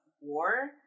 war